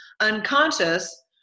Unconscious